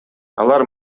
алар